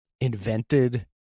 invented